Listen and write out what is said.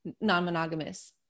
non-monogamous